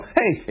hey